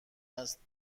است